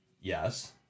yes